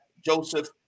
Joseph